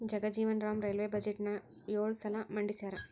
Jagjivan Ram railway ಬಜೆಟ್ನ ಯೊಳ ಸಲ ಮಂಡಿಸ್ಯಾರ